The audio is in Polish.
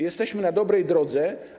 Jesteśmy na dobrej drodze.